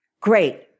great